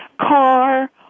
car